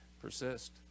Persist